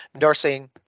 nursing